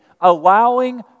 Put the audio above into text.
allowing